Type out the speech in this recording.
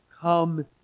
Come